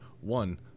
one